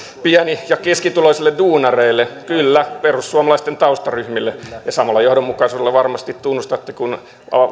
pieni ja keskituloisille duunareille kyllä perussuomalaisten taustaryhmille samalla johdonmukaisuudella varmasti tunnustatte kun